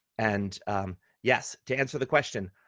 and yes, to answer the question,